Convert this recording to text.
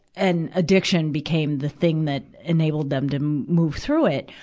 and addiction became the thing that enabled them to move through it,